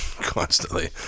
constantly